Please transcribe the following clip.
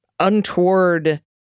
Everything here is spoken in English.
untoward